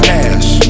Cash